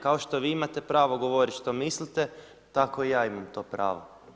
Kao što vi imate pravo govoriti što mislite, tako i ja imam to pravo.